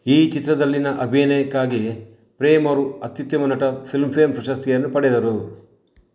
ಈ ಚಿತ್ರದಲ್ಲಿನ ಅಭಿನಯಕ್ಕಾಗಿ ಪ್ರೇಮ್ ಅವರು ಅತ್ತ್ಯುತ್ತಮ ನಟ ಫಿಲ್ಮ್ ಫೇಮ್ ಪ್ರಶಸ್ತಿಯನ್ನು ಪಡೆದರು